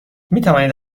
میتوانید